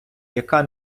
яка